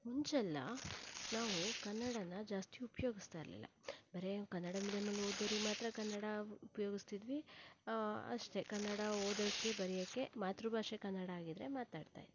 ಮುಂಚೆಯೆಲ್ಲ ನಾವು ಕನ್ನಡನ ಜಾಸ್ತಿ ಉಪಯೋಗಿಸ್ತಾ ಇರಲಿಲ್ಲ ಬರೇ ಕನ್ನಡ ಮೀಡಿಯಮ್ಮಲ್ಲಿ ಓದ್ದೋರಿಗೆ ಮಾತ್ರ ಕನ್ನಡ ಉಪಯೋಗಿಸ್ತಿದ್ವಿ ಅಷ್ಟೇ ಕನ್ನಡ ಓದೋಕ್ಕೆ ಬರೆಯೋಕ್ಕೆ ಮಾತೃಭಾಷೆ ಕನ್ನಡ ಆಗಿದ್ದರೆ ಮಾತಾಡ್ತಾ ಇದ್ವಿ